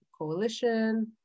Coalition